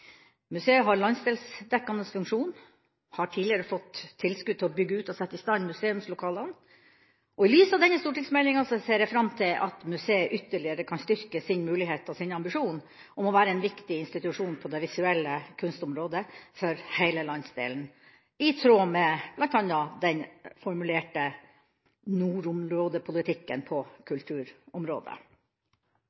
Museet har landsdelsdekkende funksjon og har tidligere fått økt tilskudd til å bygge ut og sette i stand museumslokalene. Og i lys av denne stortingsmeldinga ser jeg fram til at museet ytterligere kan styrke sin mulighet til og sin ambisjon om å være en viktig institusjon på det visuelle kunstområdet for hele landsdelen – i tråd med bl.a. den formulerte nordområdepolitikken på